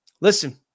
Listen